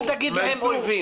אל תקרא להם אויבים.